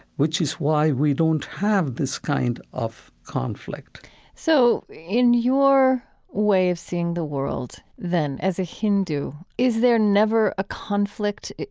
which is why we don't have this kind of conflict so in your way of seeing the world, then, as a hindu, is there never a conflict,